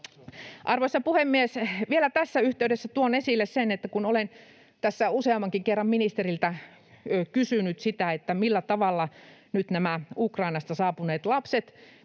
Arvoisa puhemies! Vielä tässä yhteydessä tuon esille sen, mitä olen tässä useammankin kerran ministeriltä kysynyt, että millä tavalla ja miten nopeasti nyt näitä Ukrainasta saapuneita lapsia